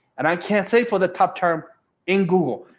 and i can't say for the top term in google.